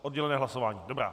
Oddělené hlasování, dobrá.